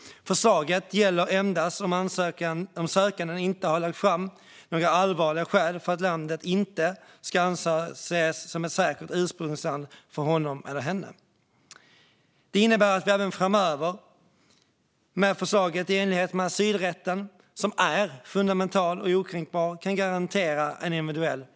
Förslaget gäller endast om sökanden inte har lagt fram några allvarliga skäl för att landet inte ska anses vara ett säkert ursprungsland för honom eller henne. Det innebär att vi med förslaget även framöver kan garantera en individuell prövning i enlighet med asylrätten, som är fundamental och okränkbar.